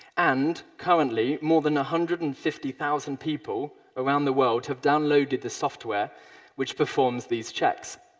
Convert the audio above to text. and currently, more than ah hundred and fifty thousand people around the world have downloaded the software which performs these checks.